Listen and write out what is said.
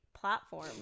platform